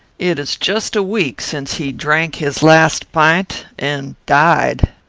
it is just a week since he drank his last pint and died.